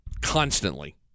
constantly